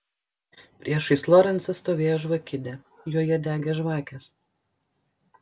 priešais lorencą stovėjo žvakidė joje degė žvakės